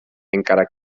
encara